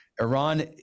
Iran